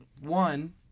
one